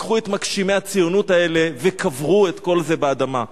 לקחו את מגשימי הציונות האלה וקברו את כל זה באדמה.